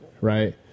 right